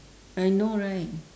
I know right